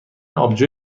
آبجو